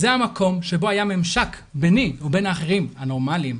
זה המקום שבו היה ממשק ביני ובין האחרים - הנורמלים,